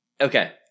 Okay